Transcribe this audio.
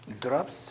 drops